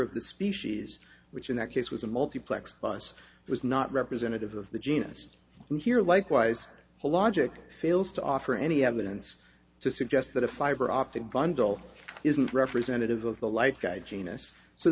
of the species which in that case was a multiplexed plus was not representative of the genus and here likewise a logic fails to offer any evidence to suggest that a fiber optic bundle isn't representative of the light guy genus so